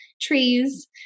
trees